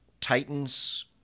Titans